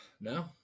No